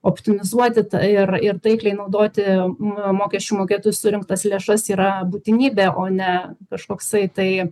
optimizuoti tai ir ir taikliai naudoti mo mokesčių mokėtojų surinktas lėšas yra būtinybė o ne kažkoksai tai